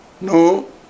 No